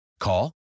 Call